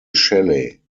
shelley